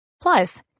Plus